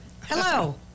hello